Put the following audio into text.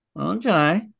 Okay